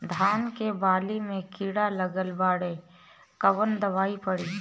धान के बाली में कीड़ा लगल बाड़े कवन दवाई पड़ी?